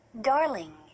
darling